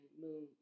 moon